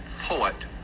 poet